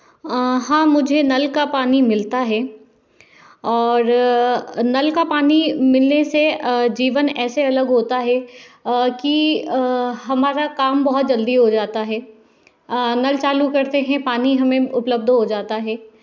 हाँ मुझे नल का पानी मिलता है और नल का पानी मिलने से जीवन ऐसे अलग होता है कि हमारा काम बहुत जल्दी हो जाता है नल चालू करते हैं पानी हमें उपलब्ध हो जाता है